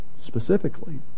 specifically